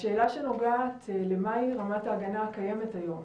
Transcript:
השאלה שנוגעת למה היא רמת ההגנה הקיימת היום?